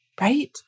right